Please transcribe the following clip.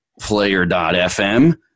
Player.fm